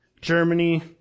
Germany